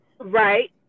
Right